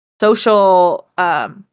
social